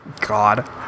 God